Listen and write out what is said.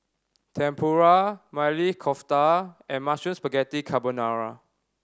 Tempura Maili Kofta and Mushroom Spaghetti Carbonara